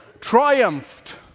triumphed